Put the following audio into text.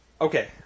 Okay